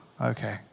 okay